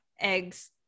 eggs